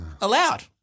allowed